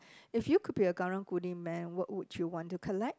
if you could be a Karang-Guni man what would you want to collect